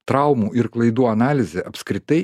traumų ir klaidų analizė apskritai